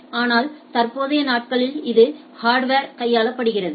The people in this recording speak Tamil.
ஆனால் தற்போதைய நாட்களில் இது ஹார்ட்வர்களால் கையாளப்படுகிறது